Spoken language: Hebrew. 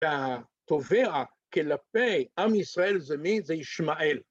‫אתה תובע כלפי, ‫עם ישראל זה מי? זה ישמעאל.